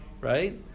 Right